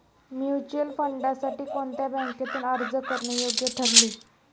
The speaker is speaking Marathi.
म्युच्युअल फंडांसाठी कोणत्या बँकेतून अर्ज करणे योग्य ठरेल?